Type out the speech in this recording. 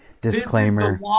Disclaimer